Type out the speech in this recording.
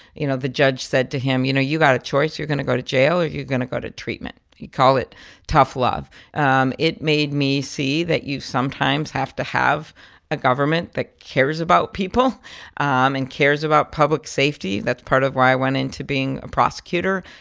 you know, the judge said to him, you know, you got a choice you're going to go to jail or you're going to go to treatment. he called it tough love um it made me see that you sometimes have to have a government that cares about people and cares about public safety. that's part of why i went into being a prosecutor.